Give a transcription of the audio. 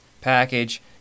package